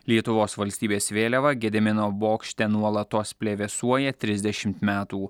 lietuvos valstybės vėliava gedimino bokšte nuolatos plevėsuoja trisdešimt metų